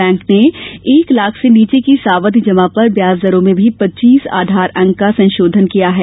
bank ने एक लाख से नीचे की सावधि जमा पर ब्याज दरों में भी पच्चीस आधार अंक का संशोधन किया है